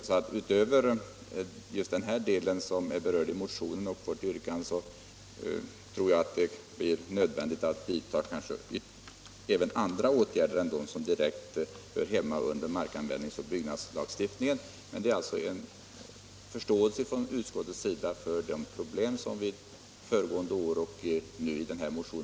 Vid sidan av den del av detta problem som berörs i motionen tror jag att det blir nödvändigt att vidta även andra åtgärder än i fråga om markanvändningsoch byggnadslagstiftningen.